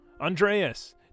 Andreas